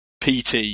PT